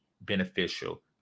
beneficial